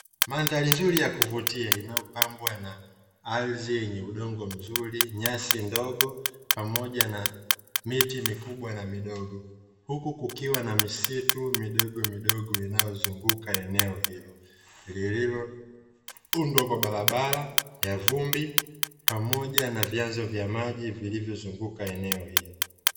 Mandhari nzuri ya kuvutia inayopambwa na ardhi yenye udongo mzuri nyasi ndogo pamoja na miti mikubwa na midogo, huku kukiwa na misitu midogo midogo inayozunguka eneo hilo lililo undwa kwa barabara ya vumbi pamoja na vyanzo vya maji vilivyozunguka eneo hilo.